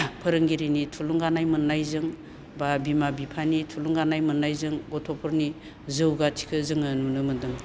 फोरोंगिरिनि थुलुंगानाय मोननायजों बा बिमा बिफानि थुलुंगानाय मोननायजों गथ'फोरनि जौगाथिजों जोङो नुनो मोन्दों